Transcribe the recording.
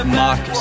mock